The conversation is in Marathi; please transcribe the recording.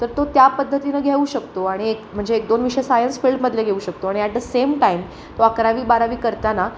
तर तो त्या पद्धतीनं घेऊ शकतो आणि एक म्हणजे एक दोन विषय सायन्स फील्डमधले घेऊ शकतो आणि ॲट द सेम टाइम तो अकरावी बारावी करताना